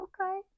okay